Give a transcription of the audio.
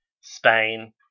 Spain